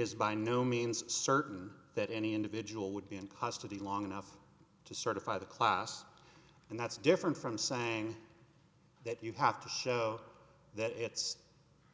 is by no means certain that any individual would be in pasta the long enough to certify the class and that's different from saying that you have to show that it's